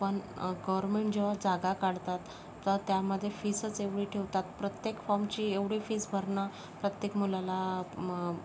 पण गवर्नमेंट जेव्हा जागा काढतात तर त्यामध्ये फीसच एवढी ठेवतात प्रत्येक फॉर्मची एवढी फीस भरणं प्रत्येक मुलाला